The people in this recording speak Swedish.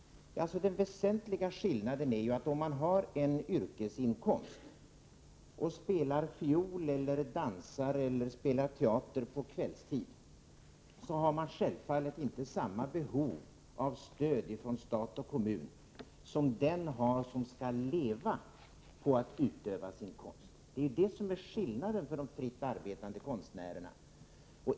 Den väsentliga skillnaden är att den som har en yrkesinkomst och spelar fiol, dansar eller spelar teater på kvällstid självfallet inte har samma behov av stöd från stat och kommun som den har som skall leva på att utöva sin konst. Villkoren är annorlunda för de fritt arbetande konstnärerna.